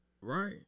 Right